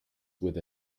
with